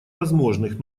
возможных